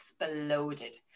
exploded